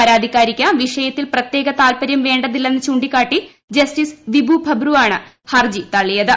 പരാതിക്കാരിക്ക് വിഷയത്തിൽ പ്രത്യേക താൽപരര്യം വേണ്ടതില്ലെന്ന് ചൂണ്ടിക്കാട്ടി ജസ്റ്റിസ് വിഭു ഭബ്രു ആണ് ഹർജി തള്ളിയത്